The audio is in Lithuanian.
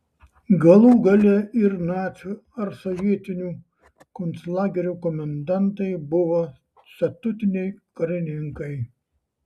galų gale ir nacių ar sovietinių konclagerių komendantai buvo statutiniai karininkai